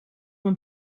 een